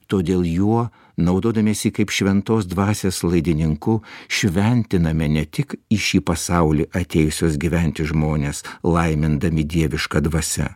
todėl juo naudodamiesi kaip šventos dvasios laidininku šventiname ne tik į šį pasaulį atėjusiuos gyventi žmones laimindami dieviška dvasia